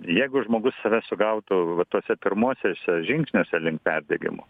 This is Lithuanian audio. jeigu žmogus save sugautų va tuose pirmuosiuose žingsniuose link perdegimo